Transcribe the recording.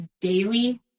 daily